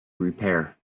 repair